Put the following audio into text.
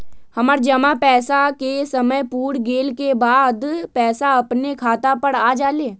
हमर जमा पैसा के समय पुर गेल के बाद पैसा अपने खाता पर आ जाले?